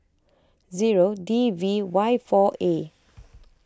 zero D V Y four A